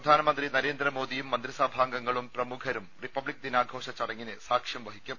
പ്രധാനമന്ത്രി നരേന്ദ്രമോദിയും മന്ത്രിസഭാംഗങ്ങളും പ്രമുഖരും റിപ്പബ്ലിക് ദിനാഘോഷ ചടങ്ങിന് സാക്ഷ്യം വഹിക്കും